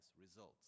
results